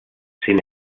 sin